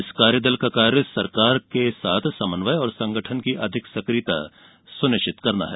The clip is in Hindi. इस कार्यदल का कार्य सरकार के साथ समन्वय और संगठन की अधिक सक्रियता सुनिश्चित करना है